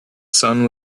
sun